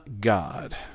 God